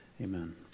amen